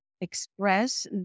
express